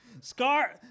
Scar